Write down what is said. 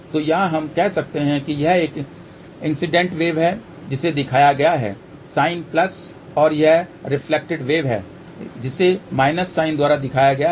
तो यहाँ हम कह सकते हैं कि यह एक इंसिडेंट वेव है जिसे दिखाया गया है साइन प्लस और यह रिफ्लेक्टेड वेव है जिसे माइनस साइन द्वारा दिखाया जाता है